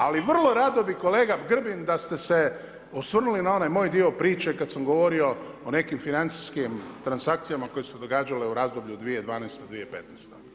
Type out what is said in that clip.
Ali, vrlo rado bi, kolega Grbin, da ste se osvrnuli na onaj moj dio priče, kada sam govorio o nekakvim financijskim transakcijama, koji su se događale u razdoblju 2012.-2015.